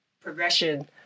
progression